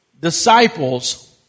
disciples